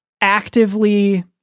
actively